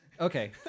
Okay